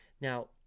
now